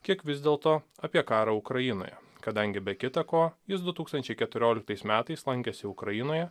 kiek vis dėlto apie karą ukrainoje kadangi be kita ko jis du tūkstančiai keturioliktais metais lankėsi ukrainoje